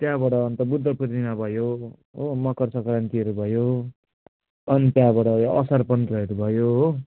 त्यहाँबाट अन्त बुद्ध पूर्णिमा भयो हो मकर सङ्क्रान्तिहरू भयो अनि त्यहाँबाट असार पन्ध्रहरू भयो हो